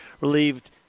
relieved